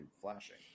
Flashing